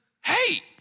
hey